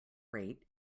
rate